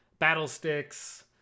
Battlesticks